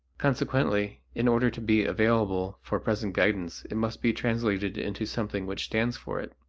consequently, in order to be available for present guidance it must be translated into something which stands for it.